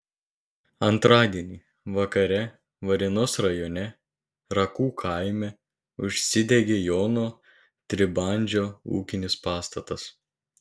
antradienį vakare varėnos rajone rakų kaime užsidegė jono tribandžio ūkinis pastatas